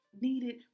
Needed